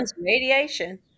Radiation